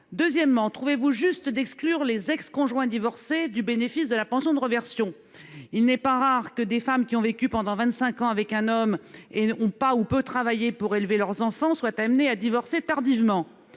Deuxièmement, trouvez-vous juste d'exclure les ex-conjoints divorcés du bénéfice de la pension de réversion ? Il n'est pas rare que des femmes qui ont vécu pendant vingt-cinq ans avec un homme et n'ont pas ou peu travaillé pour élever leurs enfants soient amenées à divorcer tardivement.